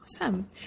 Awesome